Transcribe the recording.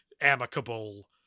amicable